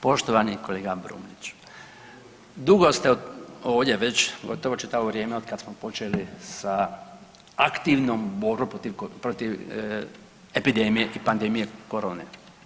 Poštovani kolega Brumniću, dugo ste ovdje već gotovo čitavo vrijeme otkad smo počeli sa aktivnom borbom protiv epidemije i pandemije korone.